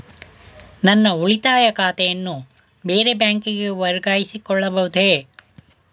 ನನ್ನ ಉಳಿತಾಯ ಖಾತೆಯನ್ನು ಬೇರೆ ಬ್ಯಾಂಕಿಗೆ ವರ್ಗಾಯಿಸಿಕೊಳ್ಳಬಹುದೇ?